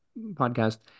podcast